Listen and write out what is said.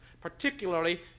Particularly